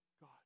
God